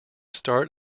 start